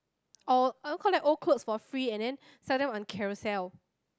or I want collect old clothes for free and then sell them on Carousell